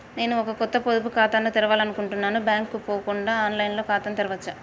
నేను ఒక కొత్త పొదుపు ఖాతాను తెరవాలని అనుకుంటున్నా బ్యాంక్ కు పోకుండా ఆన్ లైన్ లో ఖాతాను తెరవవచ్చా?